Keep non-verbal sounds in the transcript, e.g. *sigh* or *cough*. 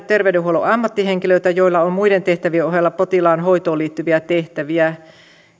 *unintelligible* terveydenhuollon ammattihenkilöitä joilla on muiden tehtävien ohella potilaan hoitoon liittyviä tehtäviä